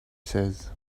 says